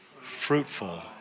fruitful